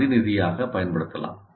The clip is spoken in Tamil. இதை பிரதிநிதியாகப் பயன்படுத்தலாம்